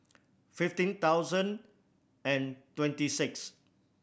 fifteen thousand and twenty six